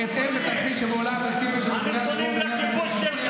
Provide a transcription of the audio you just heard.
בהתאם לתרחיש, השטחים הפלסטינים הכבושים,